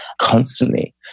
constantly